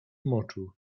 moczu